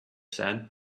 said